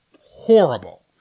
horrible